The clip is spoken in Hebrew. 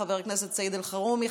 חבר הכנסת סעיד אלחרומי,